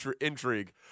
intrigue